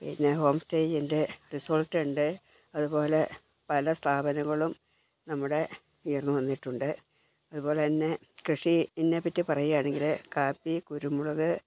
പിന്നെ ഹോം സ്റ്റേജിൻ്റെ റിസോർട്ടുണ്ട് അതുപോലെ പല സ്ഥാപനങ്ങളും നമ്മുടെ ഉയർന്ന് വന്നിട്ടുണ്ട് അതുപോലെ തന്നെ കൃഷിനെ പറ്റി പറയുകയാണെങ്കിൽ കാപ്പി കുരുമുളക്